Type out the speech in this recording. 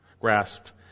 grasped